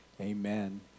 amen